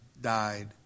died